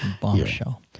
Bombshell